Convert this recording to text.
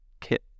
kit